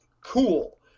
Cool